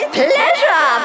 pleasure